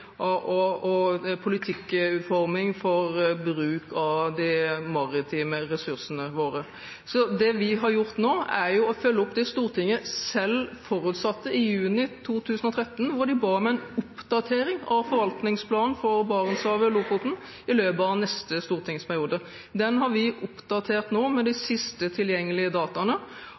bruk av de marine ressursene våre. Det vi har gjort nå, er å følge opp det Stortinget selv forutsatte i juni 2013, hvor en ba om en oppdatering av forvaltningsplanen for Barentshavet–Lofoten i løpet av neste stortingsperiode. Den har vi nå oppdatert med de